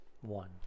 One